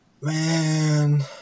man